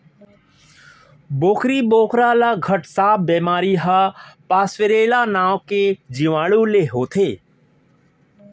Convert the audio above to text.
बोकरी बोकरा ल घट सांप बेमारी ह पास्वरेला नांव के जीवाणु ले होथे